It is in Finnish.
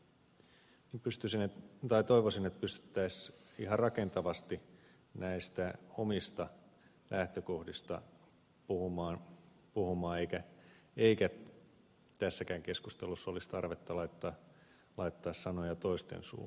toivoisin että pystyttäisiin ihan rakentavasti näistä omista lähtökohdista puhumaan eikä tässäkään keskustelussa olisi tarvetta laittaa sanoja toisten suuhun